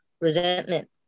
resentment